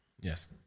Yes